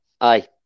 aye